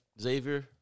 Xavier